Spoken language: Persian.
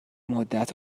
مدت